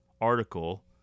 article